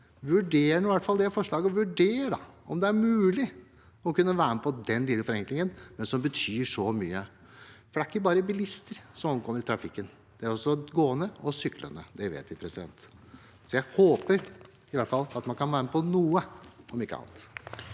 vurdere det forslaget, vurdere om det er mulig å kunne være med på den lille forenklingen som betyr så mye. Det er ikke bare bilister som omkommer i trafikken, det er også gående og syklende. Det vet vi. Jeg håper i hvert fall at man kan være med på noe – om ikke annet.